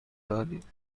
دادید